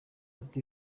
ati